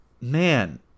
man